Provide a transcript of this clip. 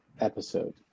episode